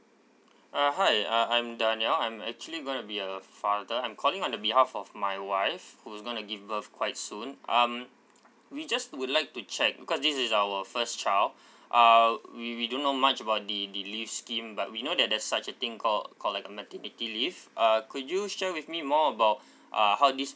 uh hi uh I'm danal I'm actually gonna be a father I'm calling on the behalf of my wife whose gonna give birth quite soon um we just would like to check because this is our first child uh we we don't know much about the the leaves scheme but we know that there's such a thing called called like a maternity leave uh could you share with me more about uh how this